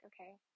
okay